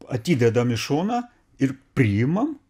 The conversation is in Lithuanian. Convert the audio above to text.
atidedam į šoną ir priimam